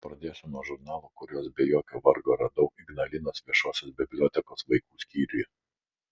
pradėsiu nuo žurnalų kuriuos be jokio vargo radau ignalinos viešosios bibliotekos vaikų skyriuje